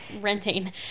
renting